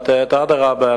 אדרבה,